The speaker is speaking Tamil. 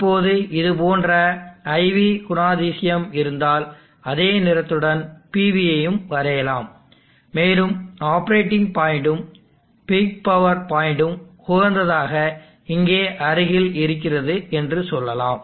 இப்போது இது போன்ற IV குணாதிசயம் இருந்தால் அதே நிறத்துடன் PVயையும் வரையலாம் மேலும் ஆப்பரேட்டிங் பாயிண்ட்டும் பீக் பவர் பாயிண்ட்டும் உகந்ததாக இங்கே அருகில் இருக்கிறது என்று சொல்லலாம்